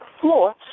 floor